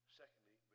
secondly